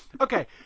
Okay